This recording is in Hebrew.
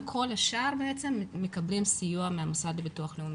וכל השאר מקבלים סיוע מהמוסד לביטוח לאומי.